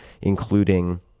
including